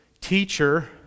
teacher